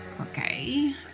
Okay